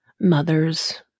mothers